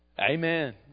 Amen